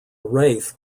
wraith